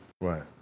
Right